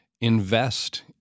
invest